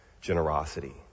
generosity